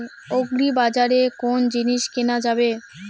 আগ্রিবাজারে কোন জিনিস কেনা যাবে?